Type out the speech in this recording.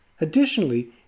Additionally